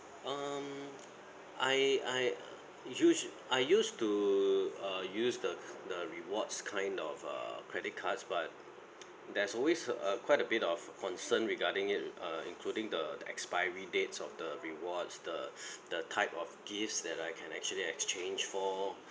um I I use I use to uh use the the rewards kind of err credit cards but there's always uh quite a bit of concern regarding it uh including the the expiry dates of the rewards the the type of gifts that I can actually exchange for